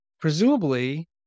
presumably